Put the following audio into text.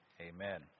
amen